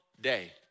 day